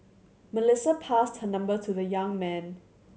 Melissa passed her number to the young man